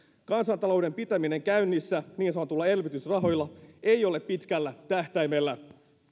kansantalouden pitäminen käynnissä niin sanotuilla elvytysrahoilla ei ole pitkällä tähtäimellä